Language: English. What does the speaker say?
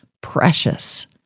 precious